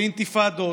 אינתיפאדות,